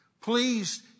Please